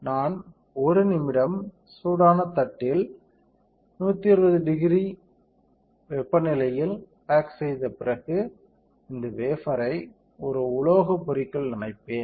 நான் 1 நிமிடம் சூடான தட்டில் 1200 சி வெப்பநிலையில் பேக் செய்த பிறகு இந்த வேஃபர்ரை ஒரு உலோக பொறிக்குள் நனைப்பேன்